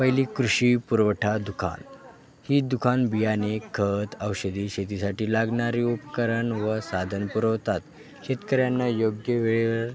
पहिली कृषी पुरवठा दुकान ही दुकान बियाणे खत औषधी शेतीसाठी लागणारे उपकरण व साधन पुरवतात शेतकऱ्यांना योग्य वेळे